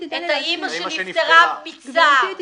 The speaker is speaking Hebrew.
את האימא שנפטרה מצער, את